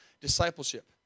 discipleship